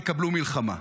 תקבלו מלחמה.